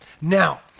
Now